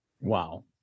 Wow